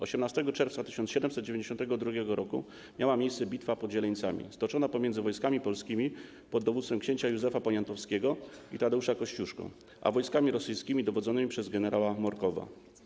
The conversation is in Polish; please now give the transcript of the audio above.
18 czerwca 1792 r. miała miejsce bitwa pod Zieleńcami, stoczona pomiędzy wojskami polskimi pod dowództwem księcia Józefa Poniatowskiego i Tadeusza Kościuszki a wojskami rosyjskimi dowodzonymi przez gen. Morkowa.